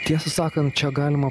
tiesą sakant čia galima